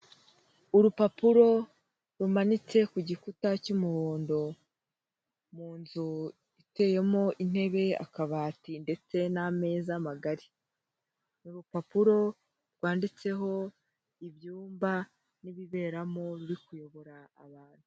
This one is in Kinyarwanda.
Urupapuro rumanitse ku gikuta cy'umuhondo, mu nzu iteyemo intebe, akabati ndetse n'ameza magari. Ni urupapuro rwanditseho ibyumba n'ibiberamo biri kuyobora abantu.